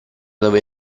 dove